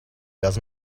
does